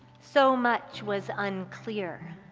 so much was unclear.